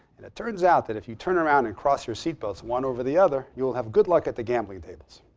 and it turns out that if you turn around and cross your seatbelts one over the other, you'll have good luck at the gambling tables.